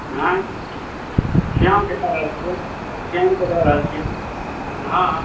श्यामक दऽ रहल छीयै श्यामक दऽ रहल छीयै हँ हँ